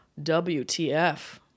WTF